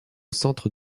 centre